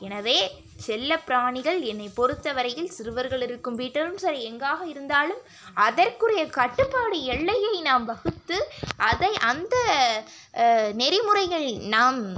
எனவே செல்லப்பிராணிகள் என்னை பொறுத்த வரையில் சிறுவர்கள் இருக்கும் வீட்டிலும் சரி எங்காக இருந்தாலும் அதற்குரிய கட்டுப்பாடு எல்லையை நாம் வகுத்து அதை அந்த நெறிமுறைகள் நாம்